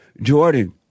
Jordan